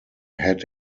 had